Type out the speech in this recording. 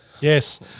Yes